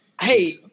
Hey